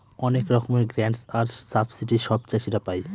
অনেক রকমের গ্রান্টস আর সাবসিডি সব চাষীরা পাই